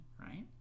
right